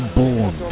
born